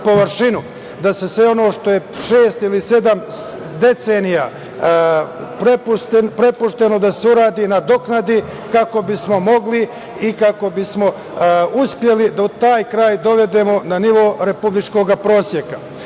se sve ono što je šest ili sedam decenija prepušteno da se uradi nadoknadi, kako bismo mogli i kako bismo uspeli da taj kraj dovedemo na nivo republičkog proseka. Ovde